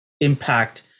impact